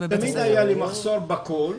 תמיד היה לי מחסור בכול,